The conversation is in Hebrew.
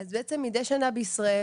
הצגת מצגת אז בעצם מידי שנה בישראל,